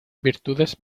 virtudes